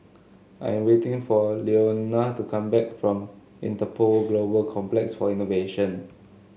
I am waiting for Leona to come back from Interpol Global Complex for Innovation